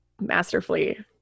Masterfully